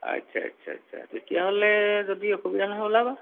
আচ্ছা আচ্ছা আচ্ছা তেতিয়াহ'লে যদি অসুবিধা নহয় ওলাবা